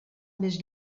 més